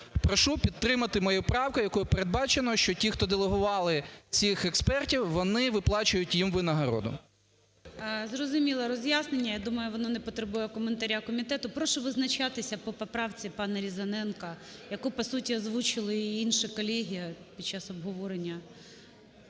Прошу підтримати мою правку, якою передбачено, що ті, хто делегували цих експертів, вони виплачують їм винагороду. ГОЛОВУЮЧИЙ. Зрозуміло роз'яснення. Я думаю, воно не потребує коментаря комітету. Прошу визначатися по поправці пана Різаненка, яку, по суті, озвучили і інші колеги під час обговорення